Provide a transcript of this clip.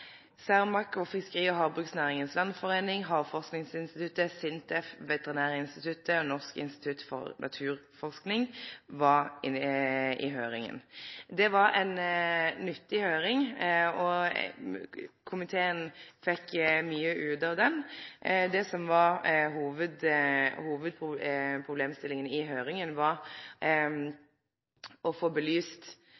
Cermaq ASA, Fiskeri- og havbruksnæringens landsforening, Havforskningsinstituttet, SINTEF, Veterinærinstituttet og Norsk institutt for naturforskning var alle i høyringa. Det var ei nyttig høyring som komiteen fekk mykje ut av. Det som var hovudsaka med høyringa, var